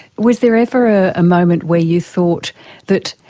was there ever a moment where you thought that,